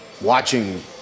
watching